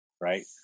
Right